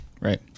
Right